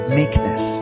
meekness